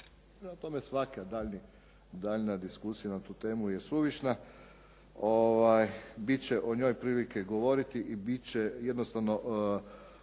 svaka daljnja diskusija na tu temu je suvišna, bit će o njoj prilike govoriti i bit će jednostavno